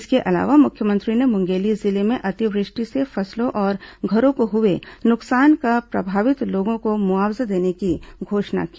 इसके अलावा मुख्यमंत्री ने मुंगेली जिले में अतिवृष्टि से फसलों और घरों को हुए नुकसान का प्रभावित लोगों को मुआवजा देने की घोषणा की